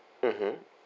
mmhmm